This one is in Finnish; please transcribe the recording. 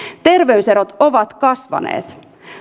terveyserot ovat kasvaneet